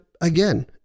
again